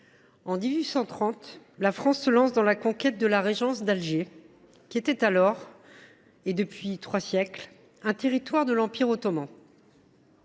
en 1830, la France se lançait dans la conquête de la régence d’Alger qui était, depuis trois siècles, un territoire de l’Empire ottoman.